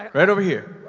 um right over here.